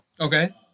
Okay